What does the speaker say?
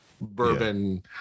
bourbon